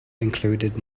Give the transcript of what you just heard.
included